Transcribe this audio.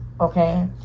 okay